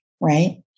Right